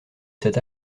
cet